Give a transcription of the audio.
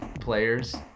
players